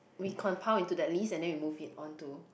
we compile into that list and then we move it on to